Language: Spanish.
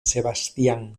sebastián